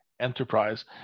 enterprise